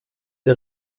der